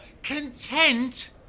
Content